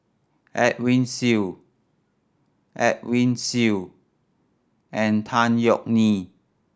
Edwin Siew Edwin Siew and Tan Yeok Nee